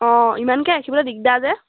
অঁ ইমানকৈ ৰাখিবলৈ দিগদাৰ যে